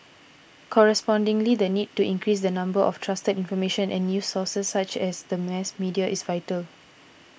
correspondingly the need to increase the number of trusted information and news sources such as the mass media is vital